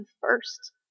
first